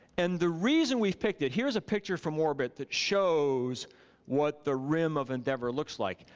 and the reason we've picked it, here's a picture from orbit that shows what the rim of endeavor looks like.